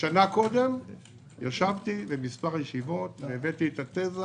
שנה קודם ישבתי במספר ישיבות והבאתי את התיזה